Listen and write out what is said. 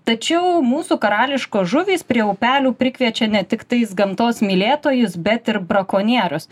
tačiau mūsų karališkos žuvys prie upelių prikviečia ne tiktais gamtos mylėtojus bet ir brakonierius